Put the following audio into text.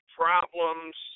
problems